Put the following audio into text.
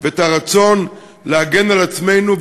ואת הרצון להגן על עצמנו,